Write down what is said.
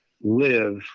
live